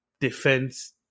defense